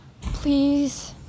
Please